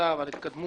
שנעשתה ועל התקדמות.